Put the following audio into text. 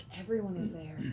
everyone was there.